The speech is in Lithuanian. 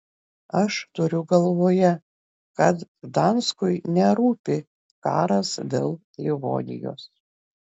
aš turiu galvoje kad gdanskui nerūpi karas dėl livonijos